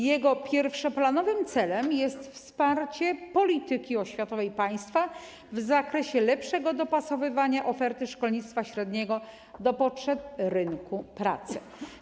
Jego pierwszoplanowym celem jest wsparcie polityki oświatowej państwa w zakresie lepszego dopasowywania oferty szkolnictwa średniego do potrzeb rynku pracy.